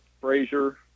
Frazier